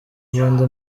ubundi